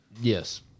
yes